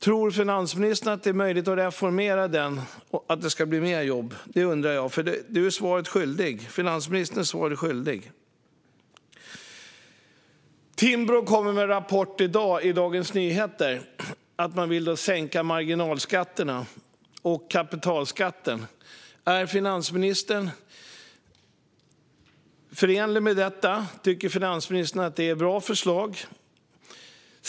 Tror finansministern att det är möjligt att reformera denna och att det blir fler jobb? Det undrar jag. Finansministern är svaret skyldig. Timbro kom i dag med en rapport i Dagens Nyheter. Man vill sänka marginalskatterna och kapitalskatten. Är finansministerns åsikt förenlig med detta? Tycker finansministern att detta är ett bra förslag?